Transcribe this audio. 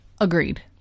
Agreed